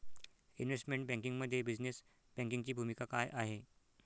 Investment बँकिंगमध्ये business बँकिंगची भूमिका काय आहे?